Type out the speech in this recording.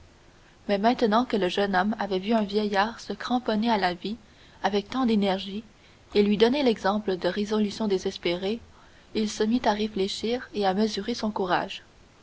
mais maintenant que le jeune homme avait vu un vieillard se cramponner à la vie avec tant d'énergie et lui donner l'exemple des résolutions désespérées il se mit à réfléchir et à mesurer son courage